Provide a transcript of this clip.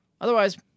Otherwise